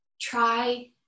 try